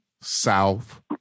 South